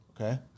Okay